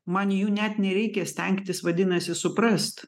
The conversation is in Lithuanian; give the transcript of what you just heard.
man jų net nereikia stengtis vadinasi suprast